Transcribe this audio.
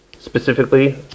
specifically